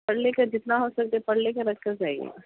پڑھ لے کر جتنا ہو سکے پڑھ لے کر رکھ کر جائیے